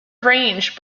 range